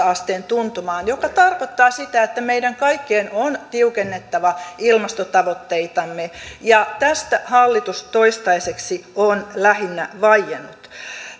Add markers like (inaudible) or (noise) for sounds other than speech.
(unintelligible) asteen tuntumaan mikä tarkoittaa sitä että meidän kaikkien on tiukennettava ilmastotavoitteitamme tästä hallitus toistaiseksi on lähinnä vaiennut